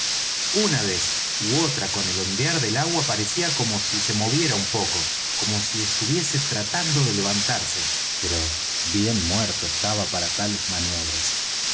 una vez ú otra con el ondear del agua parecía como si se moviera un poco como si estuviese tratando de levantarse pero bien muerto estaba para tales maniobras